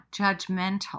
judgmental